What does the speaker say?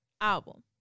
album